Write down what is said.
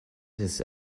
his